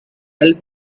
help